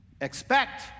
Expect